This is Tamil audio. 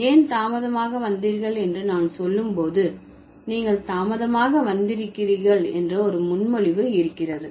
ஏன் தாமதமாக வந்தீர்கள் என்று நான் சொல்லும் போது நீங்கள் தாமதமாக வந்திருக்கிறீர்கள் என்ற ஒரு முன்மொழிவு இருக்கிறது